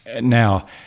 Now